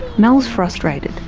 mel is frustrated.